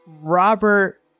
Robert